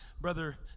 brother